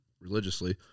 religiously